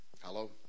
Hello